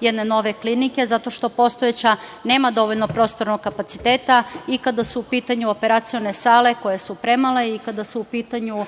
jedne nove klinike zato što postojeća nema dovoljno prostornog kapaciteta i kada su u pitanju operacione sale, koje su premale i kada su u pitanju